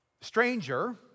stranger